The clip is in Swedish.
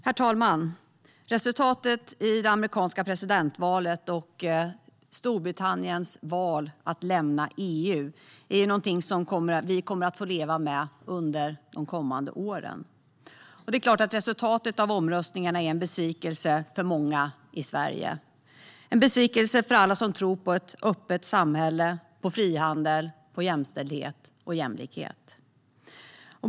Herr talman! Resultatet i det amerikanska presidentvalet och Storbritanniens val att lämna EU är någonting som vi kommer att få leva med under de kommande åren. Det är klart att resultatet av omröstningarna är en besvikelse för många i Sverige. Det är en besvikelse för alla som tror på ett öppet samhälle, på frihandel och på jämställdhet och jämlikhet.